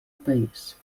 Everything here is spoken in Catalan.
país